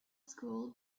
school